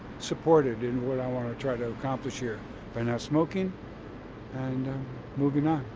supported in what i want to try to accomplish here by not smoking and moving on.